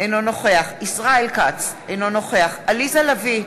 אינו נוכח ישראל כץ, אינו נוכח עליזה לביא,